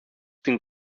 την